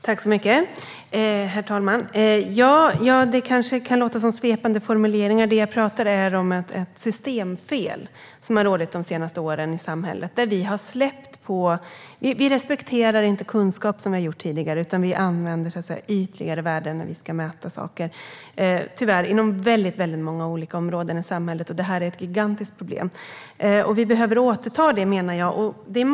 Herr talman! Det kanske låter som svepande formuleringar, men det jag pratar om är att ett systemfel har funnits de senaste åren i samhället. Vi respekterar inte kunskap på ett sätt som vi har gjort tidigare. Vi använder i stället ytliga värden när saker ska mätas - tyvärr inom många områden i samhället. Det är ett gigantiskt problem. Vi behöver återta kunskapen.